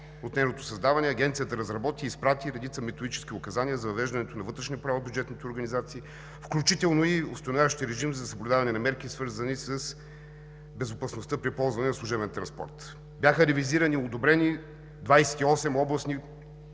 на нейното създаване Агенцията разработи и изпрати редица методически указания за въвеждането на вътрешни правила в бюджетните организации, включително установяващи режим за съблюдаване на мерки, свързани с безопасността при ползване на служебен транспорт. Бяха ревизирани и одобрени 28 областни